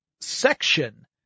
section